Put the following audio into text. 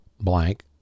blank